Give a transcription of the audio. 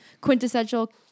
quintessential